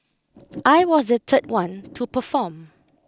I was the third one to perform